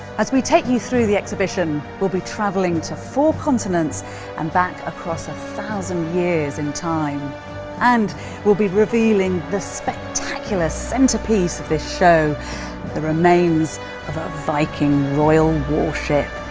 as we take you through the exhibition will be travelling to four continents and back across a thousand years in time and we'll be revealing the spectacular centerpiece of this show the remains of a viking royal warship.